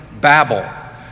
Babel